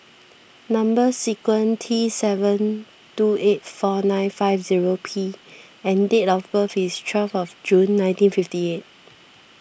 Number Sequence T seven two eight four nine five zero P and date of birth is twelve of June nineteen fifty eight